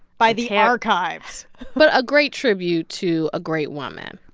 by the archives but a great tribute to a great woman.